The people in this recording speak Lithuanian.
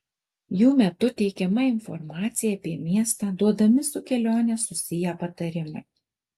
jų metu teikiama informacija apie miestą duodami su kelione susiję patarimai